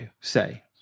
say